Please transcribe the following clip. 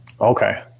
Okay